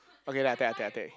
okay lah I take I take I take